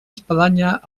espadanya